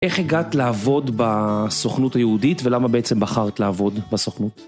איך הגעת לעבוד בסוכנות היהודית ולמה בעצם בחרת לעבוד בסוכנות?